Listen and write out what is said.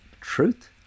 truth